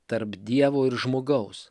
tarp dievo ir žmogaus